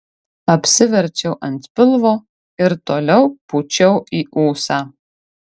apsiverčiau ant pilvo ir toliau pūčiau į ūsą